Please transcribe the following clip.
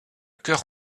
cœur